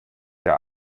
der